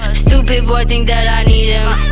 ah stupid boy think that i need